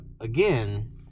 again